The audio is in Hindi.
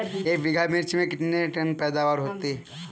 एक बीघा मिर्च में कितने टन पैदावार होती है?